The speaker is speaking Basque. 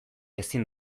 ezin